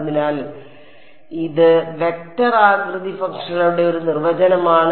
അതിനാൽ അതിനാൽ ഇത് വെക്റ്റർ ആകൃതി ഫംഗ്ഷനുകളുടെ ഒരു നിർവചനമാണ്